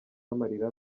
amarira